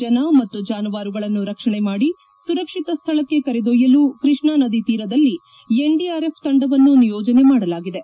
ಜನ ಮತ್ತು ಜಾನುವಾರುಗಳನ್ನು ರಕ್ಷಣೆ ಮಾಡಿ ಸುರಕ್ಷಿತ ಸ್ವಳಕ್ಷೆ ಕರೆದೊಯ್ಲಲು ಕ್ಷಷ್ಣಾನದಿ ತೀರದಲ್ಲಿ ಎನ್ಡಿಆರ್ಎಪ್ ತಂಡವನ್ನು ನಿಯೋಜನೆ ಮಾಡಲಾಗಿದೆ